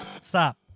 stop